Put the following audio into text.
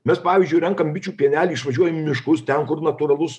mes pavyzdžiui renkam bičių pienelį išvažiuojam į miškus ten kur natūralus